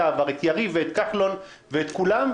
את יריב לוין ואת משה כחלון ואת כולם,